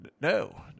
No